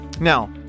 Now